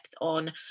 on